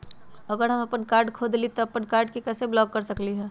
अगर हम अपन कार्ड खो देली ह त हम अपन कार्ड के कैसे ब्लॉक कर सकली ह?